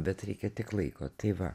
bet reikia tik laiko tai va